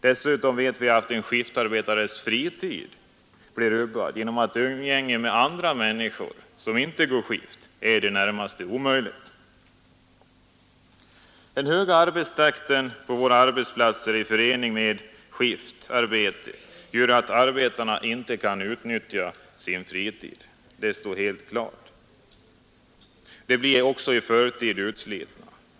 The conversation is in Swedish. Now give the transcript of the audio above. Dessutom vet vi att en skiftarbetares fritid blir rubbad genom att umgänge med andra människor, som inte går skift, är i det närmaste omöjligt. Den höga arbetstakten på våra arbetsplatser i förening med skiftarbete gör att arbetarna inte kan utnyttja sin fritid. Det står helt klart. De blir också utslitna i förtid.